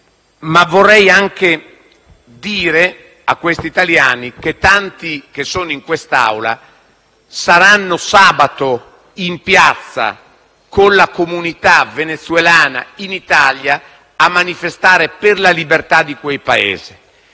Vorrei anche dire a quegli italiani che tanti di coloro che sono presenti in quest'Aula saranno sabato in piazza con la comunità venezuelana in Italia, a manifestare per la libertà di quel Paese.